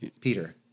Peter